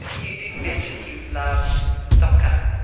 you did mention you love soccer,